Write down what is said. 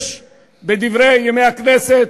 יש ב"דברי הכנסת",